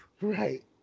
Right